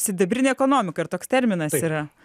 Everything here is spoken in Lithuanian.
sidabrinė ekonomika ir toks terminas yra